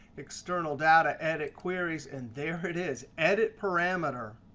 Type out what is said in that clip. external data, edit queries, and there it is, edit parameter.